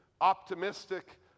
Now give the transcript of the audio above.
optimistic